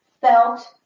felt